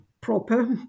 proper